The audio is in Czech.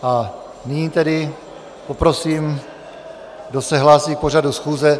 A nyní tedy poprosím, kdo se hlásí k pořadu schůze.